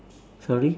sorry